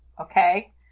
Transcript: Okay